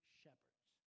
shepherds